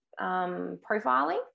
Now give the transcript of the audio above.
profiling